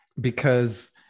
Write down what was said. because-